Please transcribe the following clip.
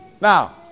Now